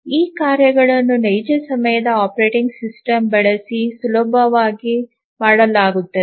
ಈ ಕಾರ್ಯಗಳನ್ನು ನೈಜ ಸಮಯದ ಆಪರೇಟಿಂಗ್ ಸಿಸ್ಟಮ್ ಬಳಸಿ ಸುಲಭವಾಗಿ ಮಾಡಲಾಗುತ್ತದೆ